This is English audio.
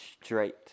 straight